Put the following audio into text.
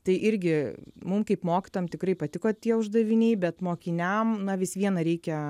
tai irgi mum kaip mokytojam tikrai patiko tie uždaviniai bet mokiniam na vis viena reikia